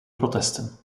protesten